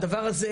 הדבר הזה,